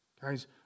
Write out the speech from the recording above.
Guys